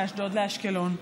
מאשדוד לאשקלון.